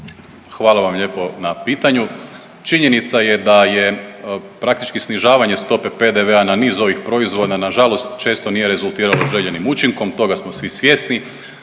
Hvala vam lijepo na pitanju. Činjenica je da je praktički snižavanje stope PDV-a na niz ovih proizvoda nažalost često nije rezultiralo željenim učinkom, toga smo svi svjesni,